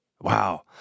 Wow